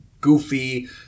goofy